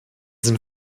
sind